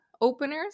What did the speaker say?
openers